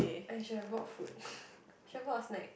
I should've brought food should've brought snacks